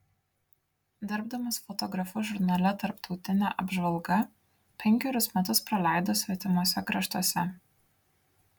dirbdamas fotografu žurnale tarptautinė apžvalga penkerius metus praleido svetimuose kraštuose